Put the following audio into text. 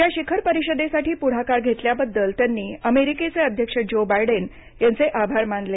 ह्या शिखर परिषदेसाठी पुढाकार घेतल्याबद्दल त्यांनी अमेरिकेचे अध्यक्ष जो बायडेन यांचे आभार मानले